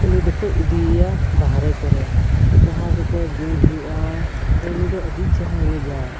ᱩᱱᱤ ᱫᱚᱠᱚ ᱤᱫᱤᱭᱮᱭᱟ ᱵᱟᱦᱨᱮ ᱠᱚᱨᱮ ᱡᱟᱦᱟᱸ ᱨᱮᱠᱮ ᱜᱮᱢ ᱦᱩᱭᱩᱜᱼᱟ ᱩᱱᱤ ᱫᱚ ᱟᱹᱰᱤ ᱪᱮᱨᱦᱟᱭ ᱮᱱᱮᱡᱟ